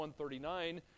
139